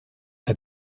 est